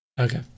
okay